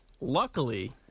Luckily